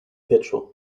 petrol